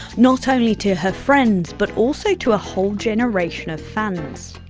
not only to her friends but also to a whole generation of fans.